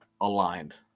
aligned